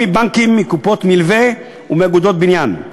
מבנקים, מקופות מלווה ומאגודות בניין.